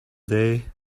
day